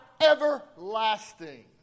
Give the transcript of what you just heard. everlasting